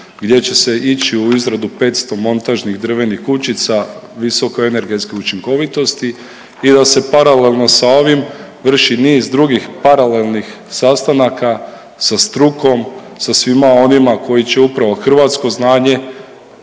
gdje će se ići u izradu 500 montažnih drvenih kućica visokoenergetske učinkovitosti i da se paralelno sa ovim vrši niz drugih paralelnih sastanaka sa strukom, sa svima onima koji će upravo hrvatsko znanje